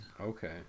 Okay